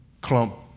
clump